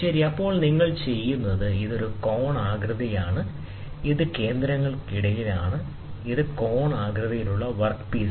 അപ്പോൾ നിങ്ങൾ ചെയ്യുന്നത് ഇത് ഒരു കോണാകൃതിയാണ് ഇത് കേന്ദ്രങ്ങൾക്കിടയിലാണ് ഇത് ഒരു കോണാകൃതിയിലുള്ള വർക്ക് പീസാണ്